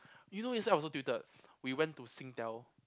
you know yesterday I was so tilted we went to Singtel